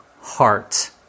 heart